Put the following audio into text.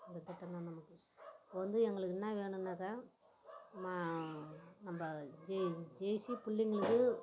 அந்த திட்டந்தான் நமக்கு இப்போ வந்து எங்களுக்கு என்ன வேணுன்னாக்கா மா நம்ம ஜே ஜேசி பிள்ளைங்களுக்கு